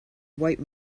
white